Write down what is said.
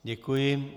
Děkuji.